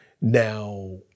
now